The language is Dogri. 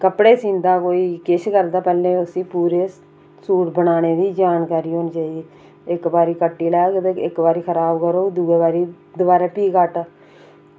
कपड़े सींदा कोई किश करदा पैह्लें उसी पूरी सूट बनाने दी जानकारी होनी चाहिदी इक्क बारी कट्टी लैग इक्क बारी खराब करग ते दूई बारी भी घट्ट